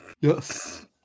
Yes